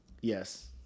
Yes